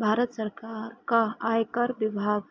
भारत सरकार का आयकर विभाग